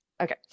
Okay